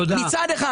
מצד אחד,